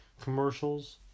commercials